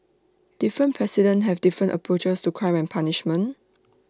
different presidents have different approaches to crime and punishment